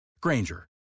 Granger